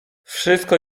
wszystko